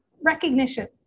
recognition